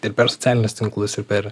ir per socialinius tinklus ir per